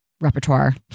repertoire